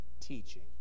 teaching